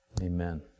Amen